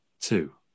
two